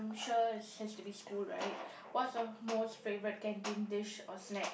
I'm sure it has to be school right what's your most favorite canteen dish or snack